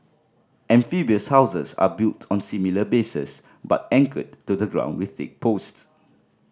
amphibious houses are built on similar bases but anchored to the ground with thick post